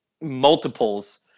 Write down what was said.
multiples